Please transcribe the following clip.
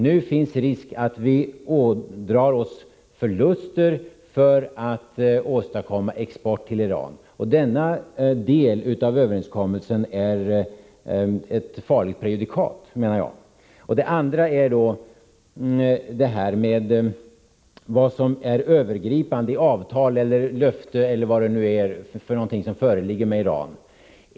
Nu finns risk att vi ådrar oss förluster för att åstadkomma export till Iran. Denna del av överenskommelsen är ett farligt prejudikat, menar jag. Den andra frågan gäller vad som är övergripande i det avtal eller löfte eller vad det nu är som föreligger när det gäller Iran.